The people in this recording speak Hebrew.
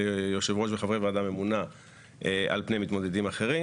ליושב ראש וחברי ועדה ממונה על פני מתמודדים אחרים,